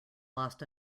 lost